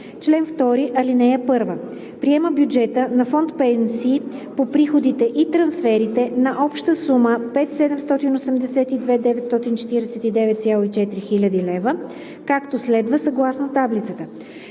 чл. 2: Чл. 2. (1) Приема бюджета на фонд „Пенсии“ по приходите и трансферите на обща сума 5 782 949,4 хил. лв., както следва: съгласно таблицата.